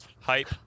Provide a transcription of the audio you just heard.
Hype